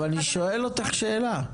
אבל אני אשאל אותך שאלה.